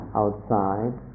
outside